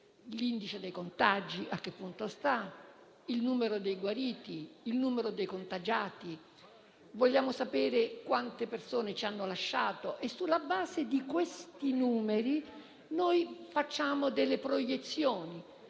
l'indice dei contagi a che punto sta, il numero dei guariti, il numero dei contagiati; vogliamo sapere quante persone ci hanno lasciato. E sulla base di questi numeri, facciamo delle proiezioni: